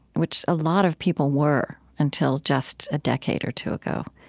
which a lot of people were until just a decade or two ago.